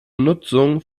nutzung